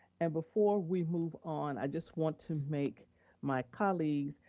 and before we move on, i just want to make my colleagues,